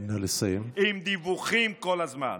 עם דיווחים כל הזמן,